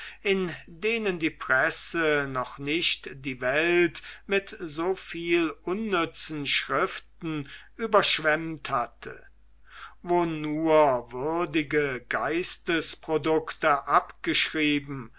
in denen die presse noch nicht die welt mit so viel unnützen schriften überschwemmt hatte wo nur würdige geistesprodukte abgeschrieben